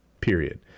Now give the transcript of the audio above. period